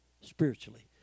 spiritually